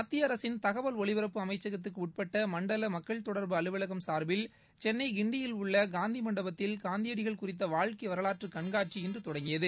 மத்திய அரசின் தகவல் ஒலிபரப்பு அமைச்சகத்துக்கு உட்பட்ட மண்டல மக்கள் தொடர்பு அலுவலகம் சார்பில் சென்னை கிண்டியில் உள்ள காந்தி மண்டபத்தில் காந்தியடிகள் குறித்த வாழ்க்கை வரலாற்று கண்காட்சி இன்று தொடங்கியது